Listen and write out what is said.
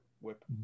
whip